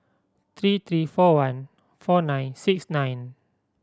three three four one four nine six nine